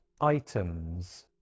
items